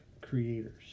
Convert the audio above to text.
creators